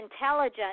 intelligent